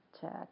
check